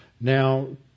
Now